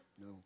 No